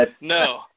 No